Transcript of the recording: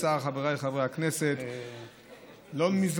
תודה רבה, אדוני היושב-ראש.